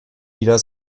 wieder